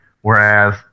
Whereas